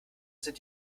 sind